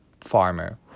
farmer